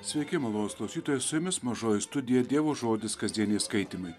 sveiki malonūs klausytojai su jumis mažoji studija dievo žodis kasdieniai skaitymai